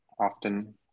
often